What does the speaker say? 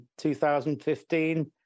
2015